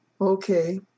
Okay